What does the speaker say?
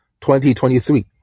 2023